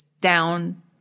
down